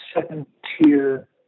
second-tier